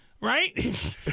right